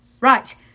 Right